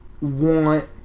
want